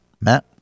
Matt